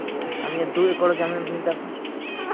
ᱟᱹᱞᱤᱧ ᱫᱩᱭ ᱮᱠᱚᱨ ᱡᱚᱢᱤᱱ ᱨᱮᱞᱤᱧ ᱪᱟᱥᱼᱟ